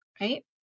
Right